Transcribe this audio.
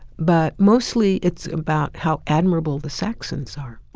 but mostly it's about how admirable the saxons are.